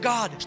God